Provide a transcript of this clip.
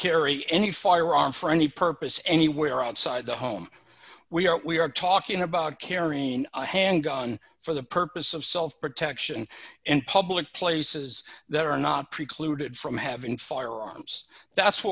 carry any firearm for any purpose anywhere outside the home we are we are talking about carrying a handgun for the purpose of self protection and public places that are not precluded from having firearms that's